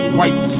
white